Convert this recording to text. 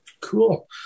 Cool